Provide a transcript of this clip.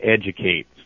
educate